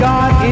God